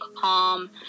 calm